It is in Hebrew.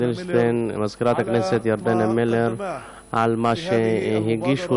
אדלשטיין ולמזכירת הכנסת ירדנה מלר-הורוביץ על מה שהגישו